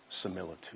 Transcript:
similitude